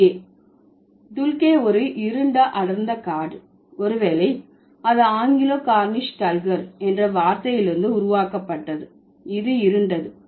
துல்கே துல்கே ஒரு இருண்ட அடர்ந்த காடு ஒரு வேளை அது ஆங்கிலோ கார்னிஷ் டல்கர் என்ற வார்த்தையிலிருந்து உருவாக்கப்பட்டது இது இருண்டது